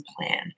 plan